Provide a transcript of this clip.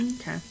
Okay